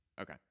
Okay